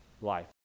life